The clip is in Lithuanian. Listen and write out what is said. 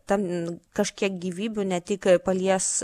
ten kažkiek gyvybių ne tik palies